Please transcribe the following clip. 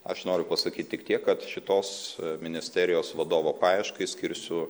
aš noriu pasakyt tik tiek kad šitos ministerijos vadovo paieškai skirsiu